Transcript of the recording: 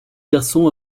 garçon